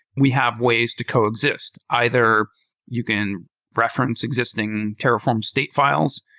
we have ways to coexist. either you can reference existing terraform state files.